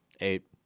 eight